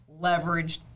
leveraged